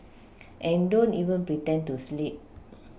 and don't even pretend to sleep